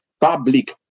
public